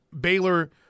Baylor